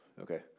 okay